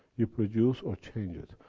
you produce or change it.